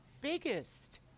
biggest